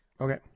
Okay